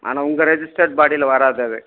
ஆனால் உங்கள் ரெஜிஸ்ட்டர் பாடியில் வராது அது